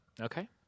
Okay